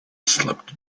slept